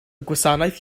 gwasanaeth